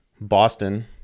Boston